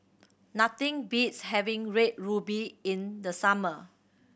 nothing beats having Red Ruby in the summer